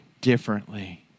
differently